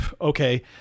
okay